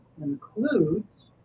includes